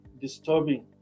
disturbing